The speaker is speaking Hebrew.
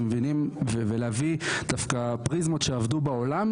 ולהביא דווקא פריזמות שעבדו בעולם,